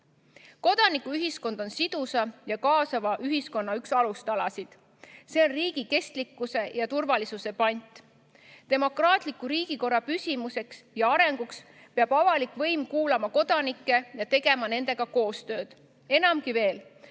Kodanikuühiskond on sidusa ja kaasava ühiskonna üks alustalasid. See on riigi kestlikkuse ja turvalisuse pant. Demokraatliku riigikorra püsimiseks ja arenguks peab avalik võim kuulama kodanikke ja tegema nendega koostööd. Enamgi veel,